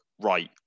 right